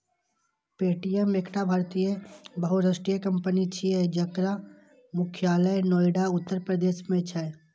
Paytm एकटा भारतीय बहुराष्ट्रीय कंपनी छियै, जकर मुख्यालय नोएडा, उत्तर प्रदेश मे छै